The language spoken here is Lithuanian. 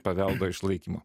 paveldo išlaikymu